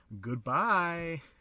Goodbye